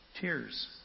tears